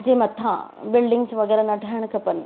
जे मथां बिल्डिंग्स वग़ैरह न ठाहिण खपनि